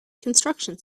construction